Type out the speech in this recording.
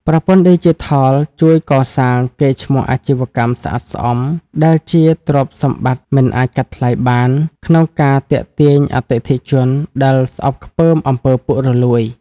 ប្រព័ន្ធឌីជីថលជួយកសាង "កេរ្តិ៍ឈ្មោះអាជីវកម្មស្អាតស្អំ" ដែលជាទ្រព្យសម្បត្តិមិនអាចកាត់ថ្លៃបាន ក្នុងការទាក់ទាញអតិថិជនដែលស្អប់ខ្ពើម អំពើពុករលួយ។